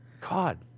God